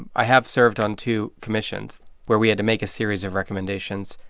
i have served on two commissions where we had to make a series of recommendations,